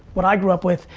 what i grew up with,